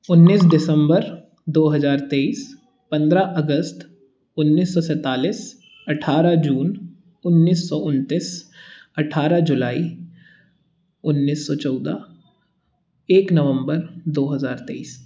उन्नीस दिसंबर दो हज़ार तेईस पंद्रह अगस्त उन्नीस सौ सैंतालीस अट्ठारह जून उन्नीस सौ उनतीस अट्ठारह जुलाई उन्नीस सौ चौदह एक नवंबर दो हज़ार तेईस